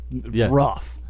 rough